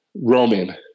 Roman